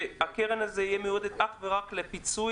שהקרן הזו תהיה מיועדת אך ורק לפיצוי